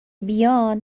بیان